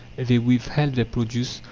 they withheld their produce,